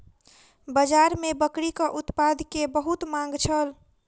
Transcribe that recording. बाजार में बकरीक उत्पाद के बहुत मांग छल